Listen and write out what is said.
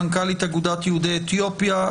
מנכ"לית אגודת יהודי אתיופיה,